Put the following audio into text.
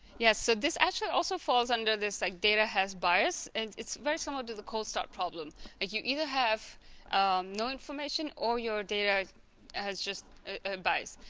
yes so this actually also falls under this like data has bias and it's very similar to the cold-start problem like you either have no information or your data has just bias.